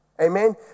Amen